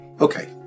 Okay